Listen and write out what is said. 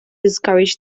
discourage